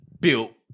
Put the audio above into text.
built